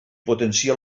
potencia